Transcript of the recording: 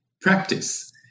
practice